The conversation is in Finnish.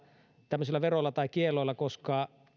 tämmöisillä veroilla tai kielloilla koska